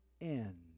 end